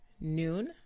Noon